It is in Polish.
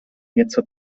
nieco